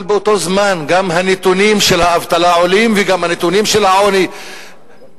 אבל באותו זמן גם הנתונים של האבטלה עולים וגם הנתונים של העוני גדלים,